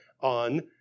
on